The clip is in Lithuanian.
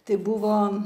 tai buvo